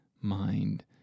mind